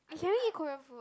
can we eat Korean food